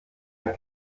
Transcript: ein